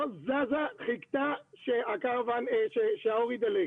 לא זזה וחיכתה שהאור יידלק.